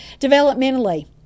developmentally